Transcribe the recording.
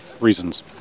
reasons